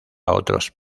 otros